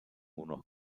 unos